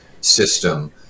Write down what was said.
system